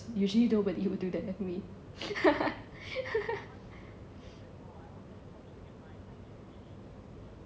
usually nobody would do that with me